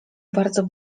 bardzo